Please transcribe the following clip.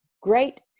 great